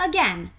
Again